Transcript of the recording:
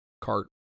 cart